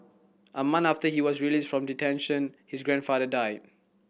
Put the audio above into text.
a month after he was released from detention his grandfather died